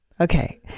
Okay